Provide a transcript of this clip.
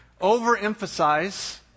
overemphasize